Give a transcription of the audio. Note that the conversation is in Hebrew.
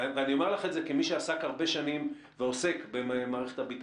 ואני אומר לך את זה כמי שעסק הרבה שנים ועוסק במערכת הביטחון.